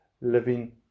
living